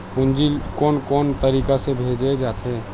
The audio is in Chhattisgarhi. पूंजी कोन कोन तरीका ले भेजे जाथे?